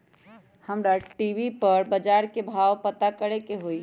का हमरा टी.वी पर बजार के भाव पता करे के होई?